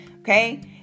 Okay